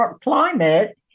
climate